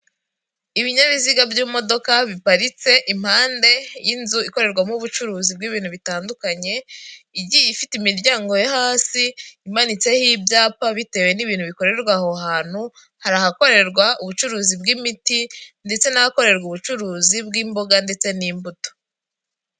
Ibinyabiziga by'imodoka biparitse impande y'inzu ikorerwamo ubucuruzi bw'ibintu bitandukanye, igiye ifite imiryango yo hasi imanitseho ibyapa bitewe n'ibintu bikorerwa aho hantu, hari ahakorerwa ubucuruzi bw'imiti ndetse n'ahakorerwa ubucuruzi bw'imboga ndetse n'imbuto.